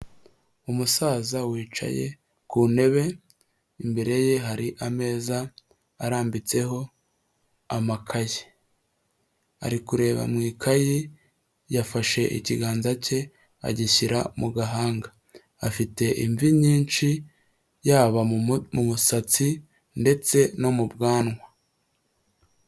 umusaza wicaye ku ntebe imbere ye hari ameza arambitseho amakaye ari kureba mu ikayi yafashe ikiganza cye agishyira mu gahanga afite imvi nyinshi yaba mu musatsi ndetse no mu bwanwa.